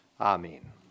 Amen